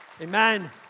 Amen